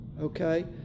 Okay